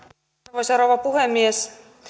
arvoisa rouva puhemies